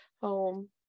home